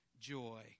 joy